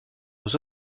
aux